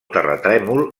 terratrèmol